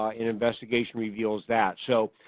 ah an investigation reveals that. so,